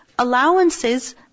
allowances